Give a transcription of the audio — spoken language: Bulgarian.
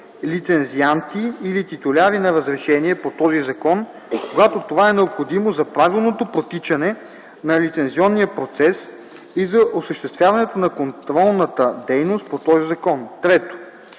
лицензианти или титуляри на разрешение по този закон, когато това е необходимо за правилното протичане на лицензионния процес и за осъществяването на контролната дейност по този закон; 3.